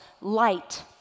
light